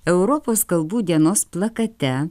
europos kalbų dienos plakate